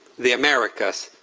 the americas,